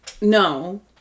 No